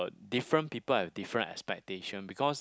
different people have different expectation because